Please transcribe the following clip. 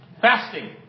fasting